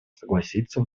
согласиться